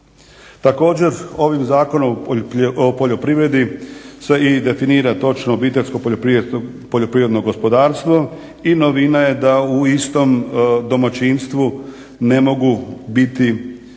Također ovim zakonom o poljoprivredi se i definira točno OPG i novina je da u istom domaćinstvu ne mogu biti